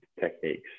techniques